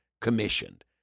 commissioned